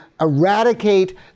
eradicate